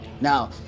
Now